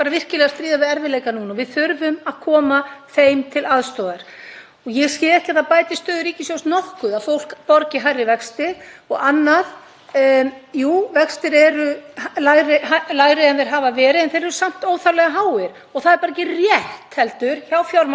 Jú, vextir eru lægri en þeir hafa verið, en þeir eru samt óþarflega háir. Það er bara ekki rétt heldur hjá fjármálaráðherra að leiga hafi ekki hækkað mikið. Við höfum séð raunveruleg dæmi um fjölda leigusamninga sem hafa hækkað um tugi þúsunda á síðustu tveimur árum